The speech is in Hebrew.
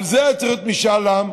על זה היה צריך להיות משאל עם,